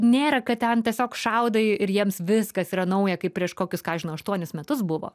nėra kad ten tiesiog šaudai ir jiems viskas yra nauja kaip prieš kokius ką žinau aštuonis metus buvo